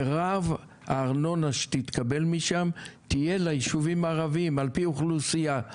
מירב הארנונה שתתקבל משם תהיה ליישובים הערביים על פי אוכלוסייה,